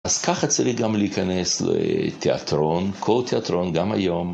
אז ככה צריך גם להיכנס לתיאטרון, כל תיאטרון, גם היום.